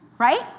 Right